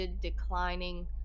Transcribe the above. declining